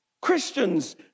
Christians